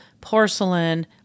porcelain